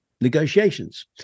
negotiations